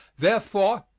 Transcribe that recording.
therefore,